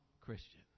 Christian